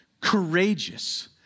courageous